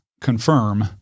confirm